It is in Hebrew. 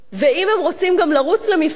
ואם הם רוצים גם לרוץ למפלגה,